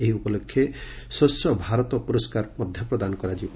ଏହି ଉପଲକ୍ଷେ ସ୍ୱଚ୍ଚ ଭାରତ ପୁରସ୍କାର ମଧ୍ୟ ପ୍ରଦାନ କରାଯିବ